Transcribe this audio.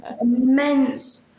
immense